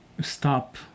stop